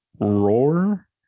roar